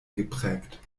geprägt